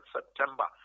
September